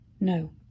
No